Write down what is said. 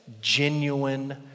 genuine